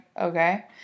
okay